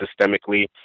systemically